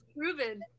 proven